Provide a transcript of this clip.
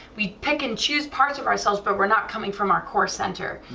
we pick and choose parts of ourselves but we're not coming from our core center,